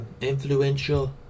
influential